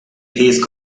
his